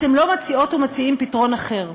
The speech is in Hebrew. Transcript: אתם לא מציעות או מציעים פתרון אחר.